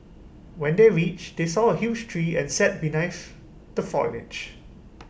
when they reached they saw A huge tree and sat beneath the foliage